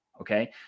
okay